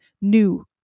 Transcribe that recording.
new